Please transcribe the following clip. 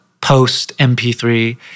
post-MP3